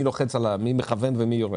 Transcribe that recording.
מי מכוון ומי יורה?